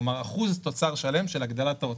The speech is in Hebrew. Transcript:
כלומר, אחוז תוצר שלם של הגדלת ההוצאה.